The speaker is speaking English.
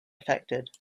affected